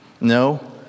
no